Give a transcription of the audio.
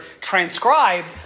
transcribed